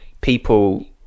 people